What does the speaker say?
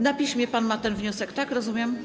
Na piśmie pan ma ten wniosek, rozumiem.